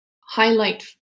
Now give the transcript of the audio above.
highlight